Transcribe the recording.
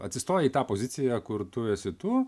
atsistojai į tą poziciją kur tu esi tu